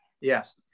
Yes